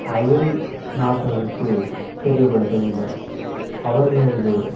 அயல் நாட்டவருக்கு தெரியப்படுத்த வேண்டும் அவர்களது